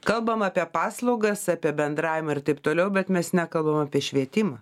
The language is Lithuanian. kalbam apie paslaugas apie bendravimą ir taip toliau bet mes nekalbam apie švietimą